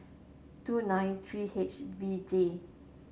two nine three H V J